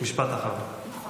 משפט אחרון.